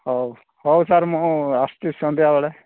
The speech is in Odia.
ହେଉ ହେଉ ସାର୍ ମୁଁ ଆସୁଛି ସନ୍ଧ୍ୟାବେଳେ